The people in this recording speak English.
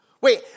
Wait